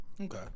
Okay